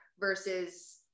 Versus